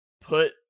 put